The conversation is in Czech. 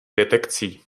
detekcí